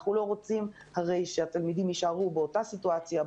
אנחנו הרי לא רוצים שהתלמידים יישארו באותה סיטואציה,